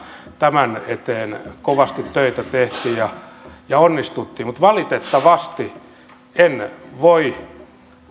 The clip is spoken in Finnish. tämän eteen kovasti töitä tehtiin ja ja onnistuttiin mutta valitettavasti en voi